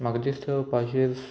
म्हाका दिसता पाशियेस